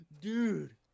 Dude